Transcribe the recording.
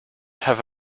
have